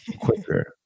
quicker